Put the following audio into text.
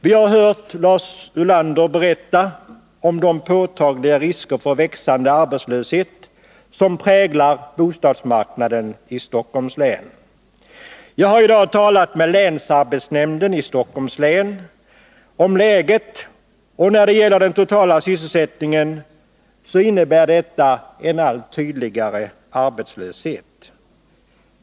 Vi har hört Lars Ulander berätta om de påtagliga risker för en växande arbetslöshet som präglar bostadsmarknaden i Stockholms län. Jag har i dag talat med länsarbetsnämnden i Stockholms län, som säger att läget när det gäller den totala sysselsättningen är att vi får en allt tydligare arbetslöshet.